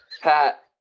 Pat